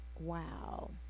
Wow